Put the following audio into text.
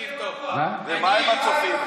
מה עם הצופים?